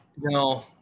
No